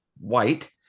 white